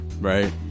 Right